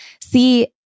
See